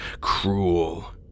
Cruel